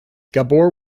gabor